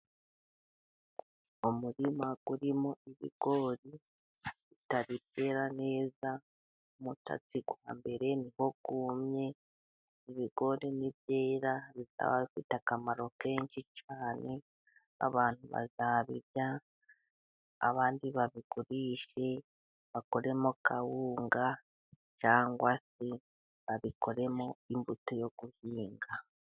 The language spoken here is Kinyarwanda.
Umurima urimo ibigori bitari byera neza mu tatsi kwa mbere niho byumye, ibigori ni byera bizaba bifite akamaro kenshi cyane abantu bazabirya abandi babigurishe bakoremo kawunga cyangwa se babikoremo imbuto yo guhinga.